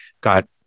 got